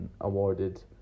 awarded